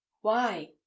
Why